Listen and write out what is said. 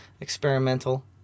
experimental